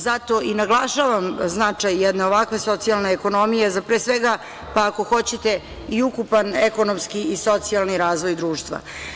Zato i naglašavam značaj jedne ovakve socijalne ekonomije za, pre svega, pa ako hoćete, i ukupan ekonomski i socijalni razvoj društva.